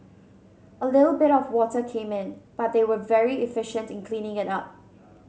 a little bit of water came in but they were very efficient in cleaning it up